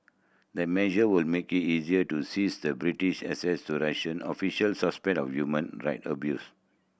the measure would make it easier to seize the British assets to Russian officials suspected of human right abuse